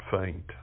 faint